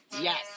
Yes